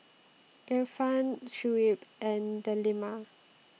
Irfan Shuib and Delima